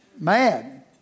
mad